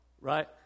right